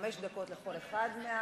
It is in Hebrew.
חמש דקות לכל אחד.